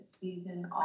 season